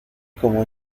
como